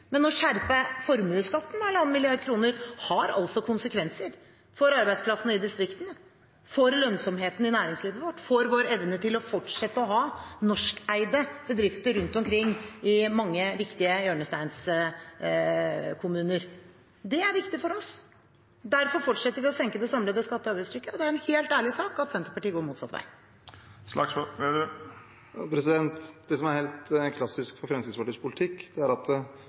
men å skjerpe formuesskatten med halvannen milliard kroner har altså konsekvenser for arbeidsplassene i distriktene, for lønnsomheten i næringslivet vårt, for vår evne til å fortsette å ha norskeide bedrifter rundt omkring i mange viktige hjørnesteinskommuner. Det er viktig for oss. Derfor fortsetter vi å senke det samlede skatte- og avgiftstrykket, og det er en helt ærlig sak at Senterpartiet går motsatt vei. Det som er helt klassisk for Fremskrittspartiets politikk, er at